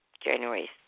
January